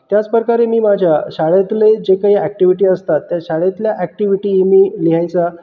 त्याचप्रकारे मी माझ्या शाळेतले जे काही ऍक्टिव्हिटी असतात त्या शाळेतल्या ऍक्टिव्हिटी मी लिहायचा